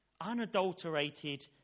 unadulterated